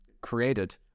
created